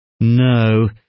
No